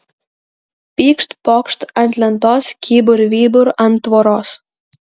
pykšt pokšt ant lentos kybur vybur ant tvoros